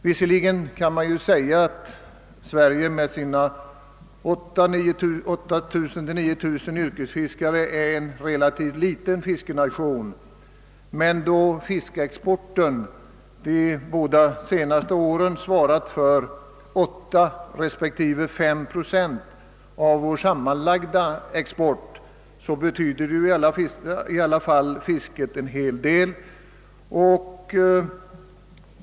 Visserligen kan man säga att Sverige med sina 3 000—9 000 yrkesfiskare är en relativt liten fiskenation, men då fiskeexporten de båda senaste åren svarat för 8 respektive 5 procent av vår sammanlagda export, så betyder i alla fall fisket en hel del.